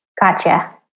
Gotcha